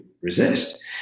resist